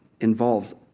involves